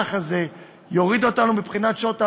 המהלך הזה יוריד אותנו, מבחינת שעות עבודה,